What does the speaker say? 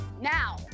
now